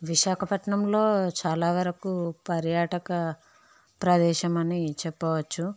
విశాఖపట్నంలో చాలా వరకు పర్యాటక ప్రదేశమని చెప్పవచ్చు